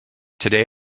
today